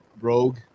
rogue